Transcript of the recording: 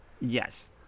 Yes